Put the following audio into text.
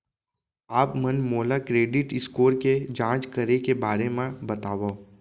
आप मन मोला क्रेडिट स्कोर के जाँच करे के बारे म बतावव?